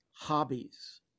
hobbies